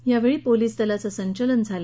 यावेळी पोलिस दलाचं संचलन झालं